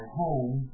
home